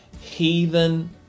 heathen